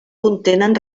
contenen